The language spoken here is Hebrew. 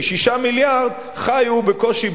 כי 6 מיליארד חיו בקושי,